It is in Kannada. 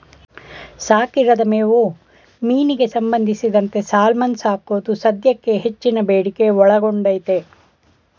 ಸಾಕಿರದ ಮೇವು ಮೀನಿಗೆ ಸಂಬಂಧಿಸಿದಂತೆ ಸಾಲ್ಮನ್ ಸಾಕೋದು ಸದ್ಯಕ್ಕೆ ಹೆಚ್ಚಿನ ಬೇಡಿಕೆ ಒಳಗೊಂಡೈತೆ